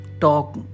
talk